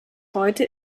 heute